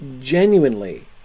genuinely